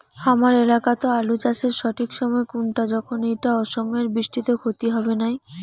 হামার এলাকাত আলু চাষের সঠিক সময় কুনটা যখন এইটা অসময়ের বৃষ্টিত ক্ষতি হবে নাই?